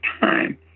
time